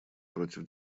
против